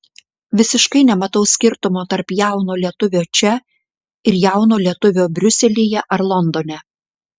visiškai nematau skirtumo tarp jauno lietuvio čia ir jauno lietuvio briuselyje ar londone